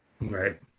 Right